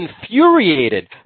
infuriated